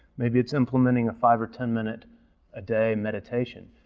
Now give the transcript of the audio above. maybe it's implementing a five or ten-minute a day meditation,